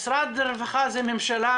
משרד הרווחה זה ממשלה,